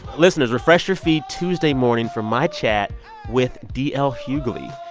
listeners, refresh your feed tuesday morning from my chat with d l. hughley.